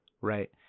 right